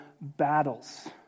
battles